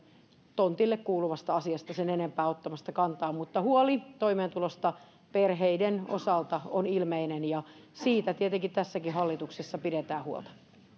tontille kuuluvasta asiasta sen enempää ottamasta kantaa mutta huoli toimeentulosta perheiden osalta on ilmeinen ja siitä tietenkin tässäkin hallituksessa pidetään huolta nyt